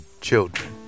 children